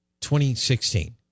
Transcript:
2016